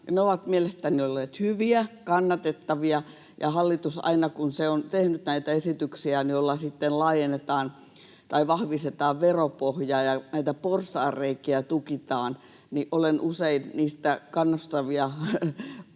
ne ovat mielestäni olleet hyviä, kannatettavia. Aina kun hallitus on tehnyt näitä esityksiä, joilla sitten laajennetaan tai vahvistetaan veropohjaa ja näitä porsaanreikiä tukitaan, niin olen usein niistä kannustavia